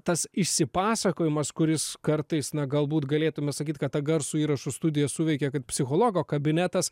tas išsipasakojimas kuris kartais na galbūt galėtume sakyt kad ta garsų įrašų studija suveikė kaip psichologo kabinetas